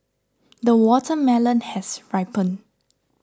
the watermelon has ripened